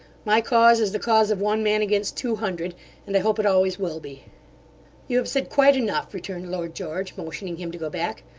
my cause is the cause of one man against two hundred and i hope it always will be you have said quite enough returned lord george, motioning him to go back.